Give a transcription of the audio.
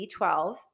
B12